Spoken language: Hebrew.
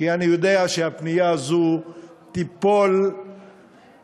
כי אני יודע שהפנייה הזאת תיפול על,